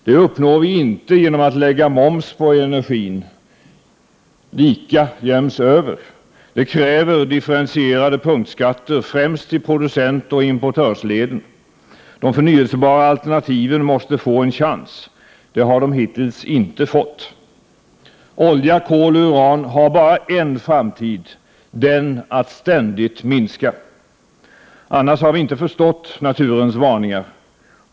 Det uppnår vi inte genom att lägga moms på energin — lika jäms över. Det kräver differentierade punktskatter främst i producentoch importörsleden. De förnyelsebara alternativen måste få en chans, det har de hittills inte fått. Olja, kol och uran har bara en framtid: att ständigt minska. Annars har vi inte förstått naturens varningar.